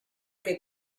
que